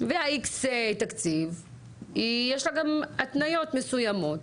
הביאה X תקציב, יש לה גם התניות מסוימות.